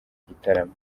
gitaramo